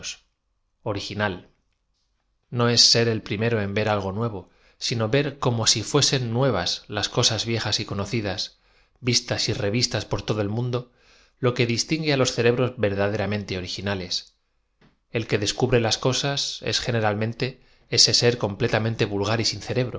riginal k o oa ser el prim ero en v e r algo nuevo sino ver como i fuesen nuevas las cosas viejaa y conocidas vistas y revistas por todo el mundo lo que distingue á los cerebros verdaderamente originales el que descubre las cosas es generalmente ese ser completa mente vulgar y sin